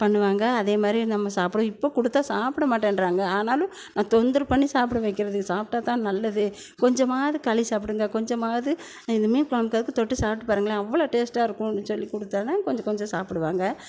பண்ணுவாங்க அதேமாதிரி நம்ம சாப்பிடுவோம் இப்போ கொடுத்தா சாப்பிட மாட்டேன்கிறாங்க ஆனாலும் நான் தொந்தரவு பண்ணி சாப்பிட வைக்கிறது இது சாப்பிட்டாதான் நல்லது கொஞ்சமாவது களி சாப்பிடுங்க கொஞ்சமாவது இந்த மீன் குழம்புக்கு அதுக்கும் தொட்டு சாப்பிட்டு பாருங்களேன் அவ்வளோ டேஸ்ட்டாக இருக்குன்னு சொல்லி கொடுத்தோனே கொஞ்சம் கொஞ்சம் சாப்பிடுவாங்க